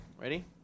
Ready